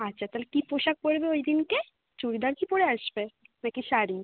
আচ্ছা তাহলে কি পোশাক পরবে ওই দিনকে চুড়িদার কি পরে আসবে নাকি শাড়ি